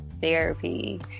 therapy